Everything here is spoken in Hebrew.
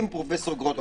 אם פרופ' גרוטו,